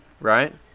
right